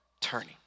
turning